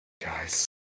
guys